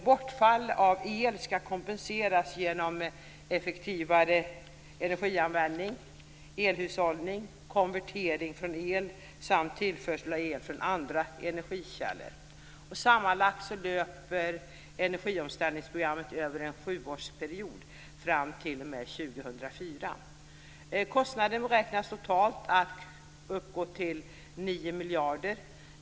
Bortfallet av el skall kompenseras genom effektivare energianvändning, elhushållning, konvertering från el samt tillförsel av el från andra energikällor. Sammanlagt löper energiomställningsprogrammet över en sjuårsperiod fram t.o.m. år 2004. Kostnaderna beräknas totalt komma att uppgå till 9 miljarder.